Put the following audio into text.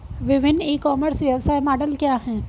विभिन्न e commerce व्यवसाय model क्या हैं?